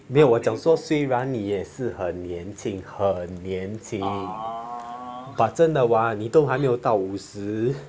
没有我讲说虽然你也很年轻很年轻 but 真的 [what] 你都还没到五十